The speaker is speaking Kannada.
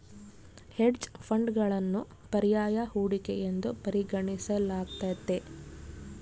ಹೆಡ್ಜ್ ಫಂಡ್ಗಳನ್ನು ಪರ್ಯಾಯ ಹೂಡಿಕೆ ಎಂದು ಪರಿಗಣಿಸಲಾಗ್ತತೆ